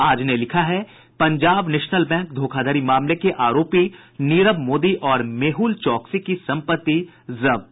आज ने लिखा है पंजाब नेशनल बैंक धोखाधड़ी मामले के आरोपी नीरव मोदी और मेहुल चौकसी की संपत्ति जब्त